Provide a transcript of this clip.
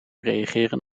reageren